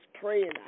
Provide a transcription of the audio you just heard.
praying